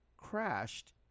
Crashed